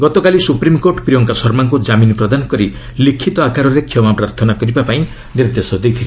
ଗତକାଲି ସୁପ୍ରିମକୋର୍ଟ ପ୍ରିୟଙ୍କା ଶର୍ମାଙ୍କୁ ଜାମିନ ପ୍ରଦାନ କରି ଲିଖିତ ଆକାରରେ କ୍ଷମାପ୍ରାର୍ଥନା କରିବା ପାଇଁ ନିର୍ଦ୍ଦେଶ ଦେଇଥିଲେ